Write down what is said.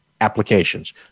applications